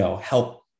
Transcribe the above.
help